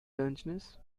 dungeness